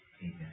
Amen